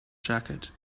jacket